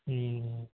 മ്മ്